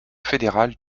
fédérale